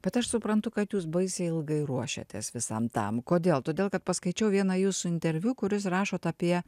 bet aš suprantu kad jūs baisiai ilgai ruošiatės visam tam kodėl todėl kad paskaičiau vieną jūsų interviu kur jūs rašot apie